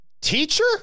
teacher